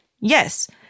yes